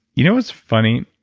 you know what's funny?